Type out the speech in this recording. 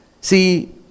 see